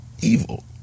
evil